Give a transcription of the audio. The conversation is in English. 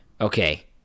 okay